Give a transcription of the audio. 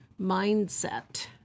mindset